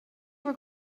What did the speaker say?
were